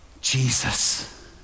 Jesus